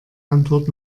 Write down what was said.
antwort